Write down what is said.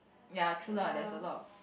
ya true lah there's a lot of